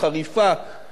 לפעמים את הבוטות,